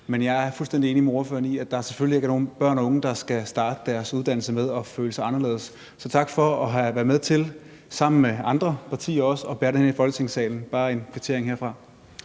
og jeg er fuldstændig enig med ordføreren i, at der selvfølgelig ikke er nogen børn eller unge, der skal starte deres uddannelse med at føle sig anderledes. Så tak for sammen med andre partier også at have været med til at bære det herind i Folketingssalen. Så jeg vil bare